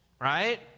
Right